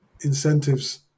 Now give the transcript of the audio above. incentives